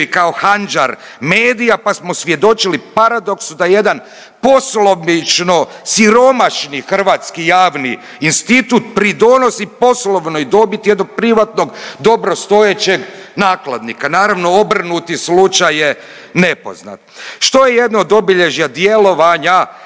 kao Handžar medija pa smo svjedočili paradoksu da jedan poslovično siromašni hrvatski javni institut pridonosi poslovnoj dobiti jednog privatnog dobrostojećeg nakladnika. Naravno obrnuti slučaj je nepoznat, što je jedno od obilježja djelovanja